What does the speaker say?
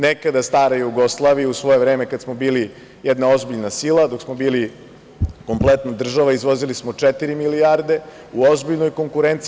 Nekada stara Jugoslavija, u svoje vreme kada smo bili jedna ozbiljna sila, dok smo bili kompletna država, izvozili smo četiri milijarde, u ozbiljnoj konkurenciji.